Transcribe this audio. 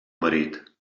marit